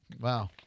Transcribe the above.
Wow